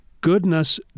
Goodness